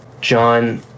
John